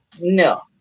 no